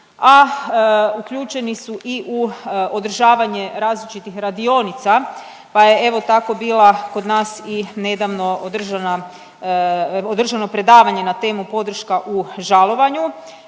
a uključeni su i u održavanje različitih radionica, pa je evo tako bila kod nas i nedavno održana, održano predavanje na temu „Podrška u žalovanju“